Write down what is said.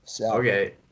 Okay